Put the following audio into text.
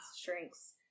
shrinks